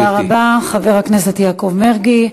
תודה רבה, חבר הכנסת יעקב מרגי.